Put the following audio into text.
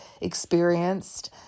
experienced